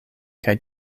kaj